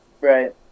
Right